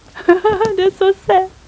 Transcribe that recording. that's so sad